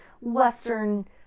western